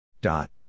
Dot